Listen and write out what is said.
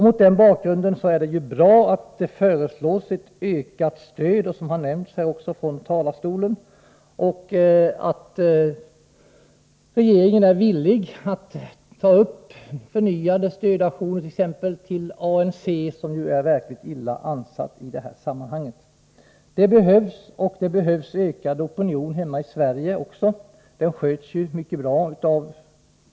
Mot den bakgrunden är det bra att det föreslås ett ökat stöd, vilket uttalats här från talarstolen. Det är bra att regeringen är villig att ta upp frågan om förnyade stödaktioner —t.ex. när det gäller ANC, som verkligen är illa ansatt i det här sammanhanget. Det behövs alltså. Vidare behövs det en starkare opinion även här hemma i Sverige.